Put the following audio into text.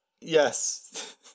Yes